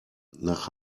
nach